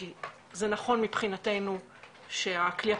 כי זה נכון מבחינתנו שהכלי הפלילי,